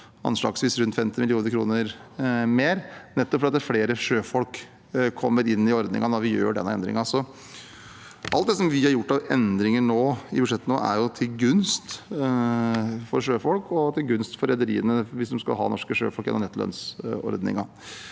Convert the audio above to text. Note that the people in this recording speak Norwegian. anslagsvis rundt 50 mill. kr mer, nettopp fordi flere sjøfolk kommer inn i ordningen når vi gjør denne endringen. Så alt det som vi nå har gjort av endringer i budsjettet, er til gunst for sjøfolk og til gunst for rederiene hvis de skal ha norske sjøfolk – gjennom nettolønnsordningen.